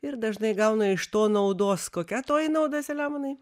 ir dažnai gauna iš to naudos kokia toji nauda selemonai